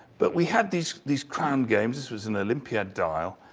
but we have these these crown games. this was an olympiad dial,